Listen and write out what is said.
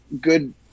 good